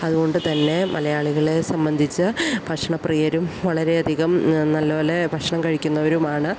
അതുകൊണ്ട് തന്നെ മലയാളികളെ സംബന്ധിച്ച് ഭക്ഷണപ്രിയരും വളരെയധികം നല്ലപോലെ ഭക്ഷണം കഴിക്കുന്നവരുമാണ്